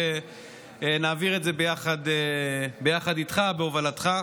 שנעביר את זה ביחד איתך ובהובלתך.